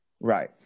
Right